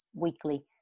weekly